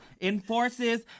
Enforces